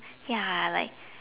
ya like